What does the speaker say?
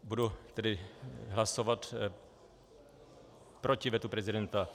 Budu tedy hlasovat proti vetu prezidenta.